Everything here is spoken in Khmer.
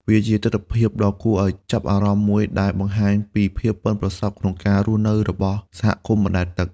វាជាទិដ្ឋភាពដ៏គួរឱ្យចាប់អារម្មណ៍មួយដែលបង្ហាញពីភាពប៉ិនប្រសប់ក្នុងការរស់នៅរបស់សហគមន៍បណ្តែតទឹក។